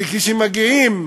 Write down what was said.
וכשמגיעים